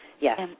Yes